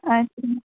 اَچھا